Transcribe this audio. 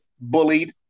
bullied